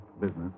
business